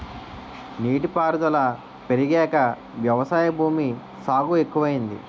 నీటి పారుదుల పెరిగాక వ్యవసాయ భూమి సాగు ఎక్కువయింది